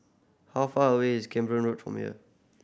how far away is Camborne Road from here